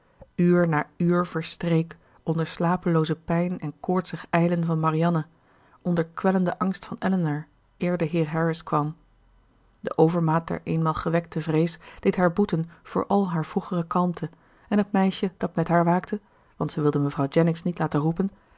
na uur verstreek onder slapelooze pijn en koortsig ijlen van marianne onder kwellenden angst van elinor eer de heer harris kwam de overmaat der eenmaal gewekte vrees deed haar boeten voor al haar vroegere kalmte en het meisje dat met haar waakte want zij wilde mevrouw jennings niet laten roepen